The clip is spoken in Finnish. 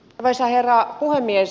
arvoisa herra puhemies